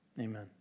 Amen